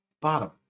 bottom